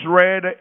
read